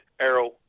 arrow